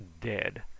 dead